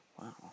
Wow